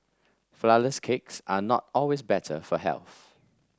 flourless cakes are not always better for health